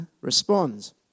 responds